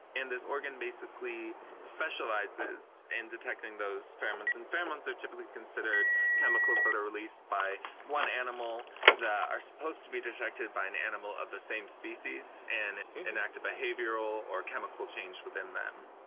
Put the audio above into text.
and this organ basically specializes in detecting those pheromones. and pheromones are typically considered chemicals that are released by one animal that are supposed to be detected by an animal of the same species and enact a behavioral or chemical change within them.